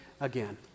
again